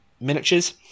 miniatures